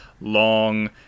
long